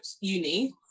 uni